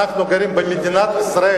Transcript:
אנחנו גרים במדינת ישראל.